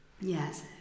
yes